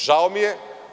Žao mi je.